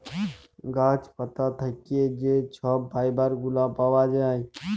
গাহাচ পাত থ্যাইকে যে ছব ফাইবার গুলা পাউয়া যায়